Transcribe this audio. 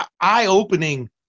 eye-opening